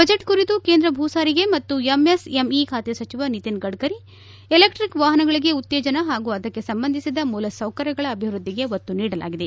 budget ಕುರಿತು ಕೇಂದ್ರ ಭೂ ಸಾರಿಗೆ ಮತ್ತು ಎಂಎಸ್ಎಂಇ ಖಾತೆ ಸಚಿವ ನಿತಿನ್ ಗಡ್ಡರಿ ಎಲೆಕ್ಷಿಕ್ ವಾಹನಗಳಿಗೆ ಉತ್ತೇಜನ ಹಾಗೂ ಅದಕ್ಕೆ ಸಂಬಂಧಿಸಿದ ಮೂಲಸೌಕರ್ಯಗಳ ಅಭಿವ್ಯದ್ದಿಗೆ ಒತ್ತು ನೀಡಲಾಗಿದೆ